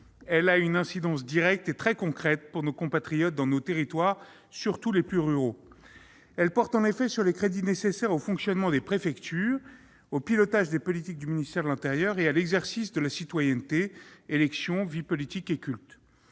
elle a une incidence directe et très concrète pour nos compatriotes dans nos territoires, surtout les plus ruraux d'entre eux. Elle porte en effet sur les crédits nécessaires au fonctionnement des préfectures, au pilotage des politiques du ministère de l'intérieur et à l'exercice de la citoyenneté : élections, vie politique et culte.